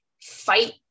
fight